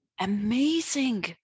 Amazing